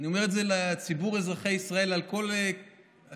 אני אומר את זה לציבור אזרחי ישראל מכל הקשת,